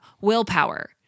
willpower